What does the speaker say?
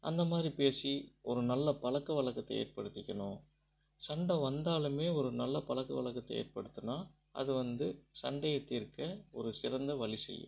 அந்த மாரி பேசி ஒரு நல்ல பழக்கவழக்கத்தை ஏற்படுத்திக்கணும் சண்டை வந்தாலுமே ஒரு நல்ல பழக்கவழக்கத்தை ஏற்படுத்தினா அது வந்து சண்டையை தீர்க்க ஒரு சிறந்த வழி செய்யும்